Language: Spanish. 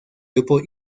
grupo